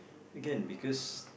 again because